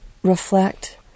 Reflect